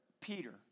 Peter